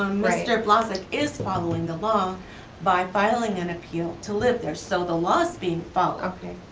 um mr. blazek is following the law by filing an appeal to live there. so the law's being followed. okay.